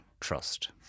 trust